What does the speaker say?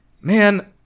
man